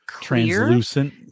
translucent